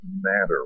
matter